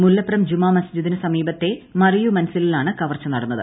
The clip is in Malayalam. മുല്ലപ്രം ജുമാ മസ്ജ്ദിന്റും സ്മീപത്തെ മറിയു മൻസിലിലാണു കവർച്ച നടന്നത്